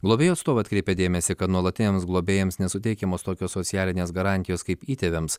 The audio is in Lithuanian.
globėjų atstovai atkreipia dėmesį kad nuolatiniams globėjams nesuteikiamos tokios socialinės garantijos kaip įtėviams